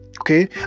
okay